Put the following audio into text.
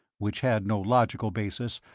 which had no logical basis,